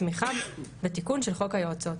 תמיכה לתיקון של חוק היועצות.